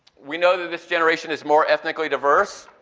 we know that this generation is more ethnically diverse,